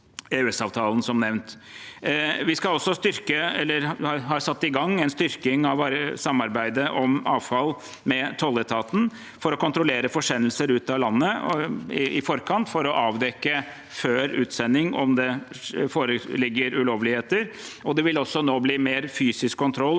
Vi har også satt i gang en styrking av samarbeidet med tolletaten om avfall, for å kontrollere forsendelser ut av landet i forkant, for å avdekke før utsending om det foreligger ulovligheter. Det vil også nå bli mer fysisk kontroll